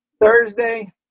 thursday